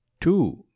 Two